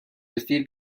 vestir